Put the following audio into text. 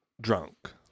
drunk